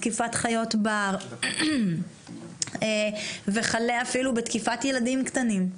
תקיפת חיות בר וכלה אפילו בתקיפת ילדים קטנים.